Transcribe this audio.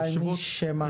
להשוות --- 2,000 איש שמה?